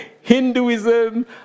Hinduism